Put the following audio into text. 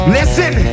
Listen